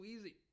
easy